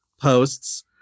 posts